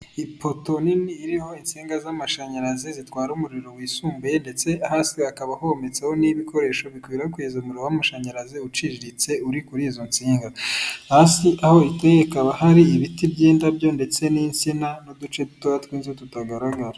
Ipoto nini iriho insinga z'amashanyarazi zitwara umuriro wisumbuye, ndetse hasi hakaba hometseho n'ibikoresho bikwirakwiza umuriro w'amashanyarazi uciriritse uri kuri izo nsinga. Hasi aho iteye hakaba hari ibiti by'indabyo ndetse n'insina n'uduce duto tw'inzu tutagaragara.